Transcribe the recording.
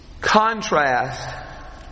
Contrast